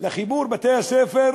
לחיבור בתי-הספר